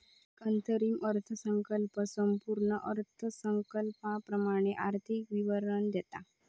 एक अंतरिम अर्थसंकल्प संपूर्ण अर्थसंकल्पाप्रमाण आर्थिक विवरण देता